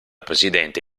presidente